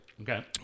Okay